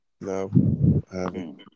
No